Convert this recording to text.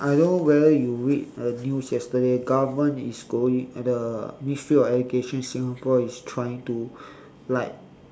I don't know whether you read the news yesterday government is going the ministry of education singapore is trying to like